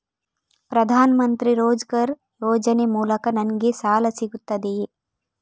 ಪ್ರದಾನ್ ಮಂತ್ರಿ ರೋಜ್ಗರ್ ಯೋಜನೆ ಮೂಲಕ ನನ್ಗೆ ಸಾಲ ಸಿಗುತ್ತದೆಯೇ?